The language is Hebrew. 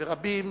ורבים